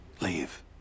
Leave